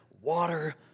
Water